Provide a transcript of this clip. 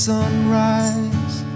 sunrise